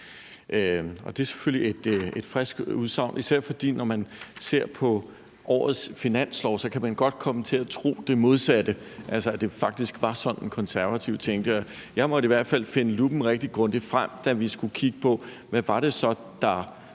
dag. Det er selvfølgelig et frisk udsagn, især fordi man, når man ser på årets finanslov, godt kan komme til at tro det modsatte, altså at det faktisk var sådan, Konservative tænkte. Jeg måtte i hvert fald finde luppen frem og kigge rigtig grundigt efter, da vi skulle kigge på, hvad det så var,